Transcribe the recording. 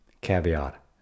Caveat